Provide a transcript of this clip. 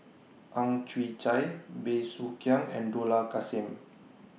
Ang Chwee Chai Bey Soo Khiang and Dollah Kassim